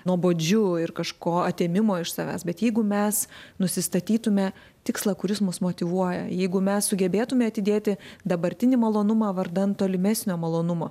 nuobodžiu ir kažko atėmimo iš savęs bet jeigu mes nusistatytume tikslą kuris mus motyvuoja jeigu mes sugebėtume atidėti dabartinį malonumą vardan tolimesnio malonumo